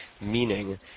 meaning